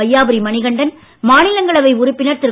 வையாபுரி மணிகண்டன் மாநிலங்களவை உறுப்பினர் திரு